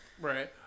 Right